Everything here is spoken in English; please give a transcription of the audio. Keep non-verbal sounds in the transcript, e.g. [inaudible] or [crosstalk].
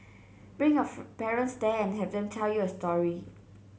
bring your [unintelligible] parents there and have them tell you a story